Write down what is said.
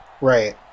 Right